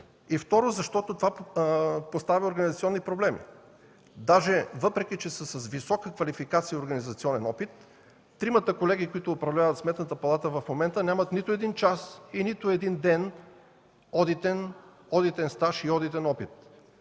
и второ, защото това поставя организационни проблеми. Даже въпреки че са с висока квалификация и организационен опит, тримата колеги, които управляват Сметната палата в момента, нямат нито един час и нито един ден одитен стаж и одитен опит.